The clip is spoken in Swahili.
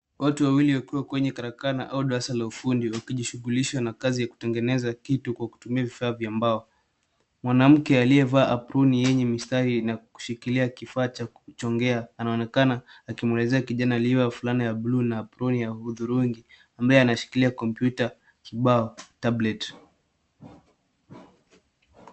Watu wawili wakiwa katika karakana au darasa la ufundi wakijishugulisha na kazi ya kutengeneza kitu kutumia vifaa vya mbao. Manamke aliyevaa aproni yenye mistari na kushikilia kifaa cha kuchongea anaonekana akimwelezea kijana aliye na fulana ya buluu na aproni ya hudhurungi ambaye anashikilia kompyuta kibao tablet .